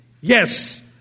Yes